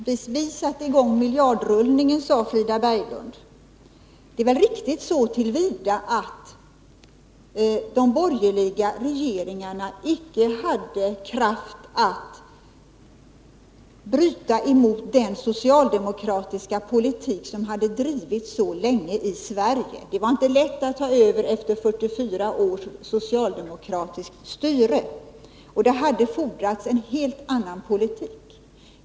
Herr talman! Ni satte i gång miljardrullningen, sade Frida Berglund. Det är riktigt så till vida att de borgerliga regeringarna icke hade kraft att bryta den socialdemokratiska politik som hade drivits så länge i Sverige. Det var inte lätt att ta över efter 44 års socialdemokratiskt styre. Det hade fordrats en helt annan politik.